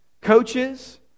coaches